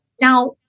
Now